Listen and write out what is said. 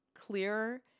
clearer